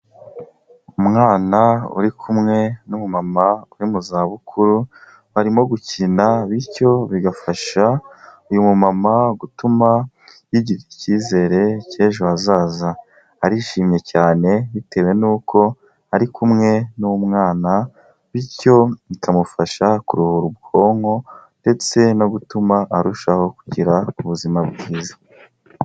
Umwana uri kumwe n'umumama uri mu zabukuru, barimo gukina bityo bigafasha uyu mumama gutuma yigirira icyizere cy'ejo hazaza, arishimye cyane bitewe nuko ari kumwe n'umwana bityo bikamufasha kuruhura ubwonko ndetse no gutuma arushaho kugira ubuzima bwiza.